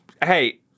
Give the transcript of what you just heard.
hey